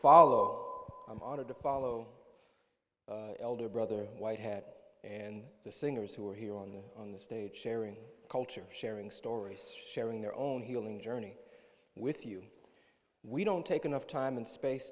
follow out of the follow elder brother whitehead and the singers who are here on the on the stage sharing culture sharing stories sharing their own healing journey with you we don't take enough time and space